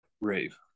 Rave